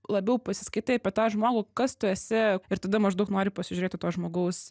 labiau pasiskaitai apie tą žmogų kas tu esi ir tada maždaug nori pasižiūrėti to žmogaus